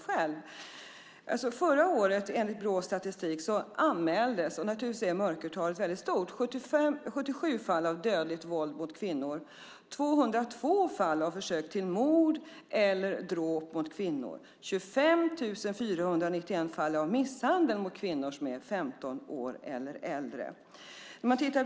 Förra året anmäldes enligt Brås statistik - vi får naturligtvis utgå från att mörkertalet är stort - 77 fall av dödligt våld mot kvinnor, 202 fall av försök till mord eller dråp på kvinnor, 25 491 fall av misshandel av kvinnor som är 15 år eller äldre.